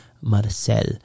marcel